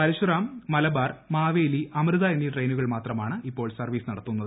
പരശുറാം മലബാർ മാവേലി അമൃത എന്നീ ട്രെയിനുകൾ മാത്രമാണിപ്പോൾ സർവീസ് നടത്തുന്നത്